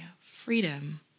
freedom